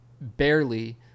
barely